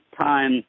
time